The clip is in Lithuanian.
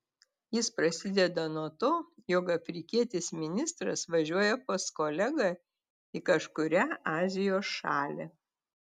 jis prasideda nuo to jog afrikietis ministras važiuoja pas kolegą į kažkurią azijos šalį